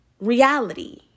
reality